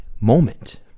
moment